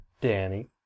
Danny